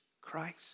Christ